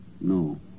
No